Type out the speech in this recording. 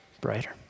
brighter